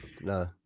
no